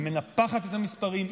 היא מנפחת את המספרים,